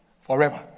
forever